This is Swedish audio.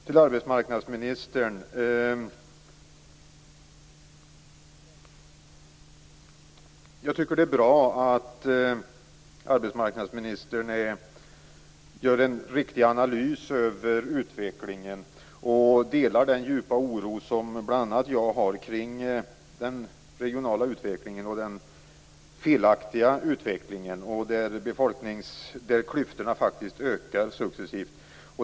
Jag tycker att det är bra att arbetsmarknadsministern gör en riktig analys av utvecklingen och delar den djupa oro som bl.a. jag känner kring den felaktiga regionala utvecklingen. Klyftorna ökar faktiskt successivt.